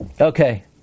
Okay